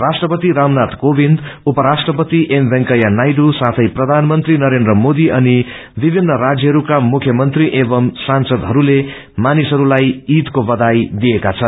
राष्ट्रपति रामनाथ कोविन्द उप राष्ट्रपति एम वेंकैया नायडूए साथै प्रधानमन्त्री नरेन्द्र मोदी अनि विभिन्न राज्यका मुख्यमन्त्रीहरू एवं सांसदहरूले मानिसहरूलाई ईदको बयाई दिएका छन्